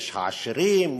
יש העשירים,